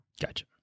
gotcha